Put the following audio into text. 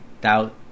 doubt